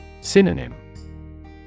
synonym